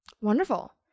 Wonderful